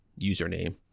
Username